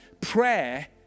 Prayer